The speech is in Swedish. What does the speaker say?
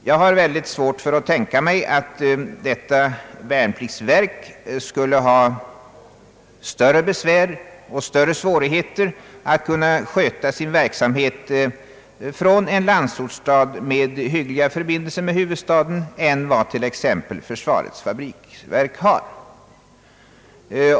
Jag har mycket svårt att tänka mig, att värnpliktsverket skulle ha större besvär och större svårigheter att kunna sköta sin verksamhet från en landsortsstad med hyggliga förbindelser med huvudstaden än vad t.ex. försvarets fabriksverk har.